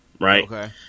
right